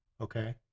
okay